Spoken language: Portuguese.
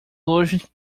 hoje